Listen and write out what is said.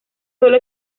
sólo